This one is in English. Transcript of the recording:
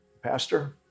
Pastor